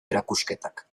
erakusketak